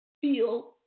feel